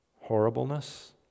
horribleness